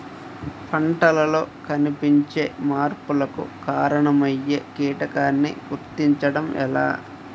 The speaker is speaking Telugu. పంటలలో కనిపించే మార్పులకు కారణమయ్యే కీటకాన్ని గుర్తుంచటం ఎలా?